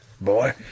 Boy